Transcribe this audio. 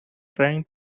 trying